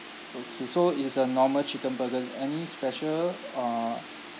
okay so it's a normal chicken burger any special uh